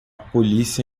polícia